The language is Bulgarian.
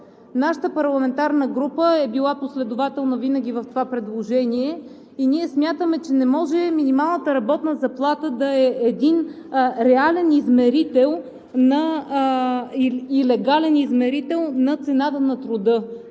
Нашата парламентарна група е била последователна винаги в това предложение и ние смятаме, че не може минималната работна заплата да е един реален и легален измерител на цената на труда.